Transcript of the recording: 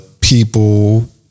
people